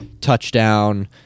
touchdown